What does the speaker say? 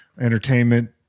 entertainment